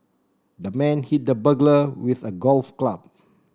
the man hit the burglar with a golf club